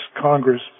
Congress